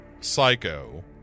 Psycho